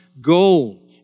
goal